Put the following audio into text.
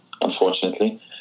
unfortunately